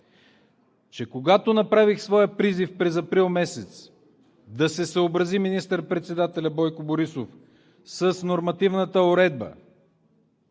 че когато направих своя призив през месец април да се съобрази министър-председателят Бойко Борисов с нормативната уредба,